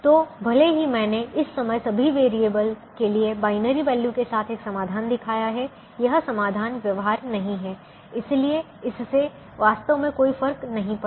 तो भले ही मैंने इस समय सभी वेरिएबल के लिए बाइनरी वैल्यू के साथ एक समाधान दिखाया है यह समाधान व्यवहार्य नहीं है लेकिन इससे वास्तव में कोई फर्क नहीं पड़ता